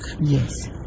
yes